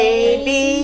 Baby